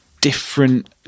different